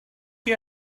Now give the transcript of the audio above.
chi